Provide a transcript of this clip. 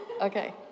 Okay